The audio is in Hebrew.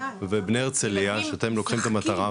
ובני הרצליה כשאתם לוקחים את המטרה,